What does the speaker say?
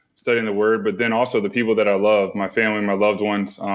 studying the word but then also the people that i love my family, my loved ones,